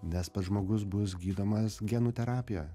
nes pats žmogus bus gydomas genų terapija